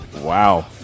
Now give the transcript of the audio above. Wow